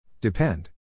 Depend